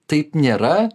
taip nėra